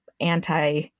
anti-